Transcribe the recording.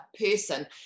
person